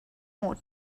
hmuh